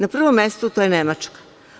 Na prvom mestu to je Nemačka.